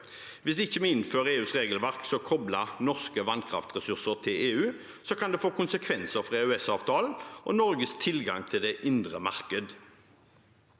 Hvis vi ikke innfører EUs regelverk som kobler norske vannkraftressurser til EU, kan det få konsekvenser for EØS-avtalen og Norges tilgang til det indre marked.